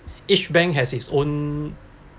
each bank has its own